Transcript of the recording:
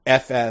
FF